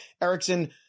Erickson